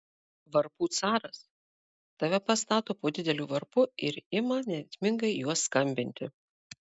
varpų caras tave pastato po dideliu varpu ir ima neritmingai juo skambinti